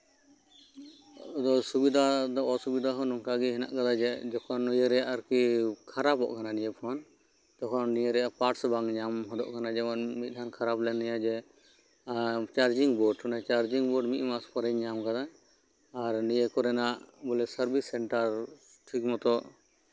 ᱥᱩᱵᱤᱫᱷᱟ ᱚᱥᱩᱵᱤᱫᱷᱟ ᱫᱚ ᱱᱚᱝᱠᱟᱜᱮ ᱢᱮᱱᱟᱜ ᱠᱟᱫᱟ ᱡᱮ ᱡᱚᱠᱷᱚᱱ ᱱᱤᱭᱟᱹᱨᱮ ᱟᱨᱠᱤ ᱠᱷᱟᱨᱟᱯᱚᱜ ᱠᱟᱱᱟ ᱱᱤᱭᱟᱹ ᱯᱷᱳᱱ ᱛᱚᱠᱷᱚᱱ ᱱᱤᱭᱟᱹ ᱨᱮᱱᱟᱜ ᱯᱟᱨᱴᱥ ᱵᱟᱝ ᱧᱟᱢ ᱦᱚᱫᱚᱜ ᱠᱟᱱᱟ ᱡᱮᱢᱚᱱ ᱢᱤᱫ ᱫᱷᱟᱣ ᱠᱷᱟᱨᱟᱯ ᱞᱮᱱ ᱛᱤᱧᱟ ᱡᱮ ᱡᱮᱢᱚᱱ ᱪᱟᱨᱡᱤᱝ ᱵᱳᱨᱰ ᱪᱟᱨᱡᱤᱝ ᱵᱳᱨᱰ ᱢᱤᱫ ᱢᱟᱥ ᱯᱚᱨᱮᱧ ᱧᱟᱢ ᱠᱟᱫᱟ ᱟᱨ ᱱᱤᱭᱟᱹ ᱠᱚᱨᱮᱱᱟᱜ ᱥᱟᱨᱵᱷᱤᱥ ᱥᱮᱱᱴᱟᱨ ᱴᱷᱤᱠ ᱢᱚᱛᱚ